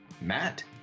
Matt